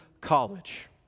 college